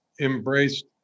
embraced